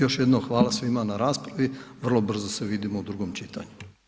Još jednom hvala svima na raspravi, vrlo brzo se vidimo u drugom čitanju.